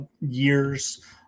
years